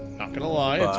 not gonna lie,